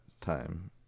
time